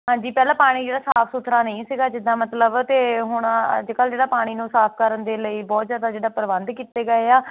ਹਾਂਜੀ ਪਹਿਲਾਂ ਪਾਣੀ ਜਿਹੜਾ ਸਾਫ਼ ਸੁਥਰਾ ਨਹੀਂ ਸੀਗਾ ਜਿੱਦਾਂ ਮਤਲਬ ਅਤੇ ਹੁਣ ਅੱਜ ਕੱਲ੍ਹ ਜਿਹੜਾ ਪਾਣੀ ਨੂੰ ਸਾਫ਼ ਕਰਨ ਦੇ ਲਈ ਬਹੁਤ ਜ਼ਿਆਦਾ ਜਿੱਦਾਂ ਪ੍ਰਬੰਧ ਕੀਤੇ ਗਏ ਆ